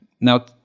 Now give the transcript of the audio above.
Now